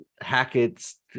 Hackett's